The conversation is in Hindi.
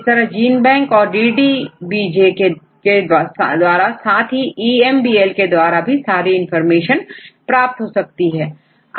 इस तरह जीन बैंक औरDDBJ के द्वारा साथ हीEMBL के द्वारा आप सारी इनफार्मेशन प्राप्त कर सकते हैं